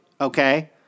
okay